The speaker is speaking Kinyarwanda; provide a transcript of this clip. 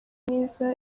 mwiza